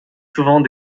souvent